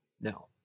No